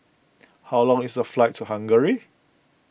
how long is the flight to Hungary